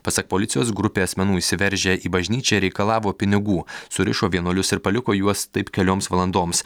pasak policijos grupė asmenų įsiveržę į bažnyčią reikalavo pinigų surišo vienuolius ir paliko juos taip kelioms valandoms